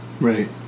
right